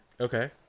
Okay